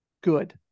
good